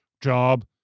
job